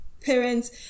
parents